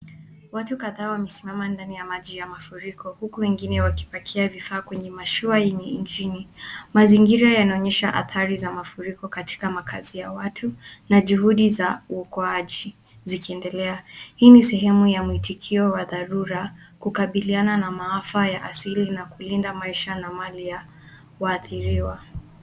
Watu kadhaa wamesimama ndani ya maji ya mafuriko huku wengine wakipakia vitu kwenye mashua yenye ingini, mazingira yanaonyesha athari za mafuriko katika makaazi ya watu na juhudi za uokoaji zikiendelea. Hii ni sehemu ya mwitikio wa dharura kukabiliana na maafa ya asili na kulinda maisha na mali ya waadhiriwa.